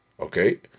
Okay